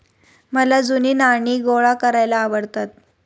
मला जुनी नाणी गोळा करायला आवडतात